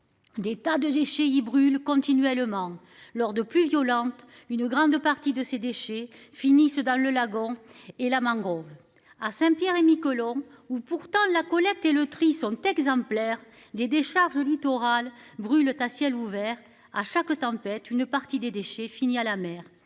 Des tas de déchets il brûle. Continuellement lors de pluies violentes. Une grande partie de ces déchets finissent dans le lagon et la mangrove à Saint Pierre et Miquelon, où pourtant la collecte et le tri sont exemplaires des décharges littoral brûle à ciel ouvert à chaque tempête, une partie des déchets, fini à la mer.